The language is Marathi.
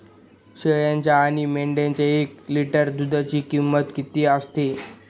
शेळीच्या आणि मेंढीच्या एक लिटर दूधाची किंमत किती असते?